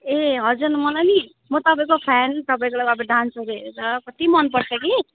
ए हजुर मलाई नि म तपाईँको फ्यान तपाईँको अब डान्सहरू हरेर कति मन पर्छ कि